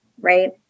right